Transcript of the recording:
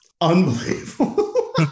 Unbelievable